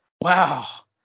Wow